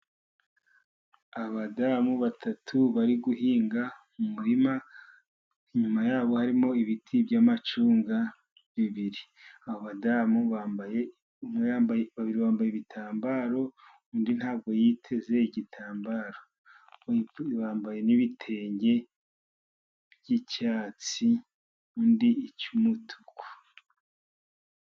Abadamu batatu bari guhinga mu muririma, inyuma yabo harimo ibiti by'amacunga bibiri, abadamu bambaye babiri bambaye ibitambaro, undi ntabwo yiteze igitambaro, bambaye n'ibitenge by'icyatsi, undi icy'umutuku.